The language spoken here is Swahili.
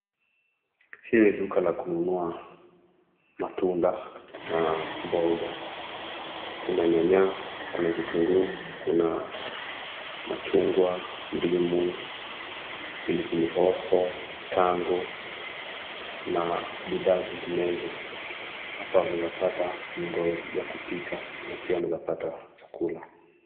Hii ni duka ya kununua matunda na mboga, kuna nyanya, kuna vitunguu, kuna machungwa, ndimu, pilipili hoho, tango na bidhaa zinginezo. Hapa unaweza pata viungo vya kupika na pia unaweza pata chakula.